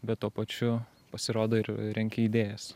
bet tuo pačiu pasirodo ir renki idėjas